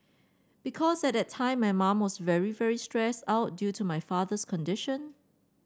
because at that time my mum was very very stressed out due to my father's condition